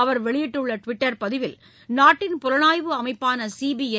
அவர் வெளியிட்டுள்ள டுவிட்டர் பதிவில் நாட்டின் புலனாய்வு அமைப்பான சீபிஐ